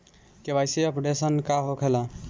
KYC updation का होखेला?